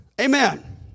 Amen